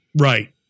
Right